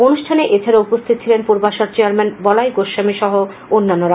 অনুষ্ঠানে এছাড়াও উপস্থিত ছিলেন পূর্বাশার চেয়ারম্যান বলাই গোস্বামী সহ অন্যান্যরা